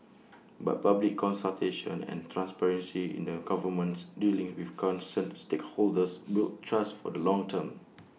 but public consultation and an transparency in the government's dealings with concerned stakeholders build trust for the long term